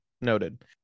Noted